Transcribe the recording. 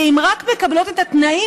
שאם הן רק מקבלות את התנאים,